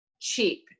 cheap